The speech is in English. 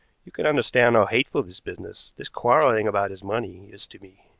you can understand how hateful this business, this quarreling about his money, is to me.